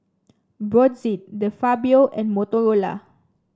Brotzeit De Fabio and Motorola